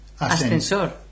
Ascensor